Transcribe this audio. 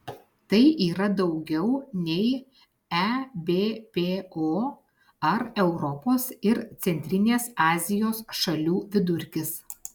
tai yra daugiau nei ebpo ar europos ir centrinės azijos šalių vidurkis